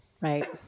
Right